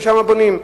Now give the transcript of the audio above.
שם בונים.